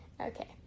Okay